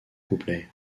couplet